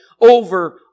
over